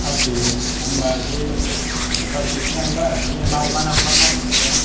फास खिजि होनबा एसे फास खिजिसो लाङोबा बिदिनो मा मा नाखौ लांनो नागेरदोंमोन ओमफ्राय